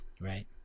right